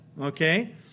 okay